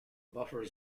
buffer